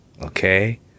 Okay